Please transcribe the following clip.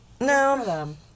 No